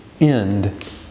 end